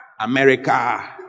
America